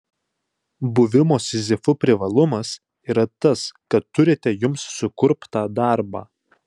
buvimo sizifu privalumas yra tas kad turite jums sukurptą darbą